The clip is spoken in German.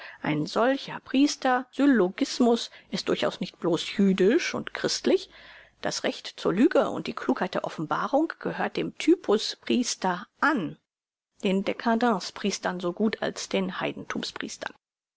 ein solcher priester syllogismus ist durchaus nicht bloß jüdisch und christlich das recht zur lüge und die klugheit der offenbarung gehört dem typus priester an den dcadence priestern so gut als den